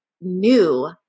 new